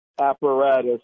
apparatus